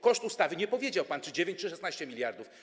Koszt ustawy - nie powiedział pan, czy 9, czy 16 mld.